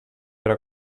però